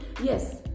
Yes